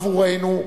עבורנו,